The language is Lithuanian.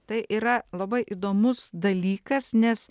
tai yra labai įdomus dalykas nes